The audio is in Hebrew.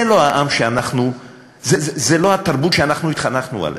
זה לא התרבות שאנחנו התחנכנו עליה,